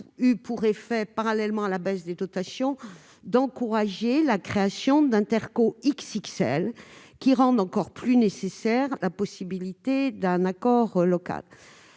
eu pour effet, parallèlement à la baisse des dotations, d'encourager la création d'intercommunalités XXL, qui rendent encore plus nécessaire l'obtention d'un accord local.